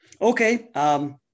Okay